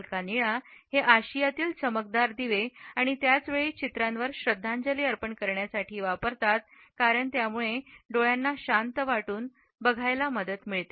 हलका निळा हे आशियातील चमकदार दिवे आणि त्याच वेळी चित्रांवर श्रद्धांजली अर्पण करण्यासाठी वापरतात कारण यामुळे डोळ्यांना शांत वाटून बघायला मदत होते